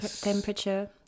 Temperature